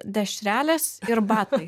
dešrelės ir batai